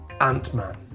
Ant-Man